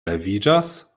leviĝas